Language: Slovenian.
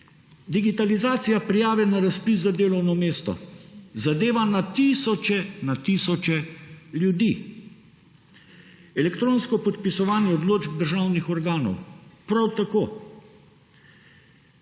Digitalizacija prijave na razpis za delovno mesto. Zadeva na tisoče, na tisoče ljudi. Elektronsko podpisovanje odločb državnih organov.